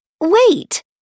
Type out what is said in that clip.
wait